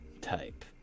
type